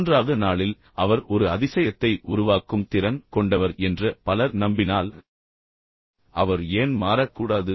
மூன்றாவது நாளில் அவர் ஒரு அதிசயத்தை உருவாக்கும் திறன் கொண்டவர் என்று பலர் நம்பினால் அவர் ஏன் மாறக் கூடாது